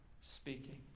speaking